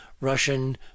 Russian